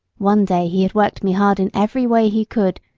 one day he had worked me hard in every way he could,